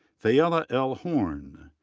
fayella l. horne.